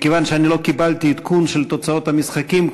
ומכיוון שאני לא קיבלתי עדכון של תוצאות המשחקים,